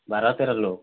ବାର ତେର ଲୋକ୍